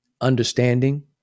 understanding